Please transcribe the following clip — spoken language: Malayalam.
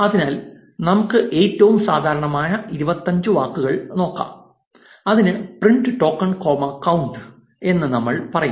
അതിനാൽ നമുക്ക് ഏറ്റവും സാധാരണമായ 25 വാക്കുകൾ നോക്കാം അതിനു പ്രിന്റ് ടോക്കൺ കോമ കൌണ്ട് എന്ന് നമ്മൾ പറയുന്നു